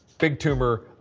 big tumor.